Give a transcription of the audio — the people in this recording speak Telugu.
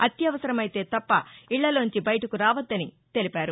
అత్యవసరమైతే తప్ప ఇళ్లలోంచి బయటకురావద్దని తెలిపారు